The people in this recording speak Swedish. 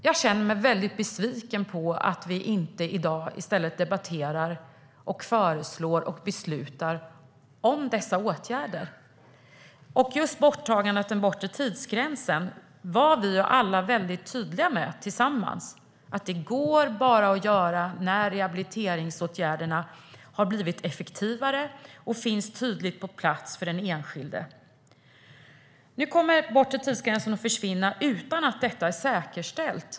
Jag känner mig väldigt besviken på att vi i dag inte i stället debatterar, föreslår och beslutar om dessa åtgärder. Just borttagandet av den bortre tidsgränsen var vi ju alla väldigt tydliga med, att detta bara går att genomföra när rehabiliteringsåtgärderna har blivit effektivare och finns på plats för den enskilde. Nu kommer den bortre tidsgränsen att försvinna utan att detta är säkerställt.